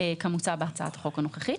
כמוצע בהצעת החוק הנוכחית.